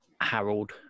Harold